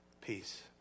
peace